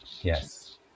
Yes